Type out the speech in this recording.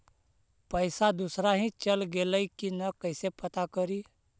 पैसा दुसरा ही चल गेलै की न कैसे पता करि?